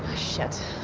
shit.